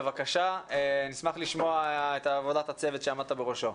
בבקשה, נשמח לשמוע את עבודת הצוות שעמדת בראשו.